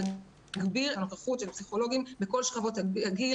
יהיה פסיכולוג או פסיכולוגית במשרה מלאה פלוס עובדת סוציאלית.